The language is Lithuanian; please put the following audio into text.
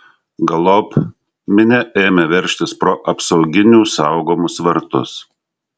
galop minia ėmė veržtis pro apsauginių saugomus vartus